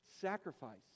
sacrifice